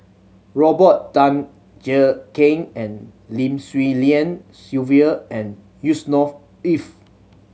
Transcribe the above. Robert Tan Jee Keng Lim Swee Lian Sylvia and Yusnor Ef